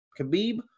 Khabib